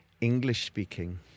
English-speaking